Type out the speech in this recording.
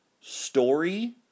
story